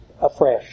afresh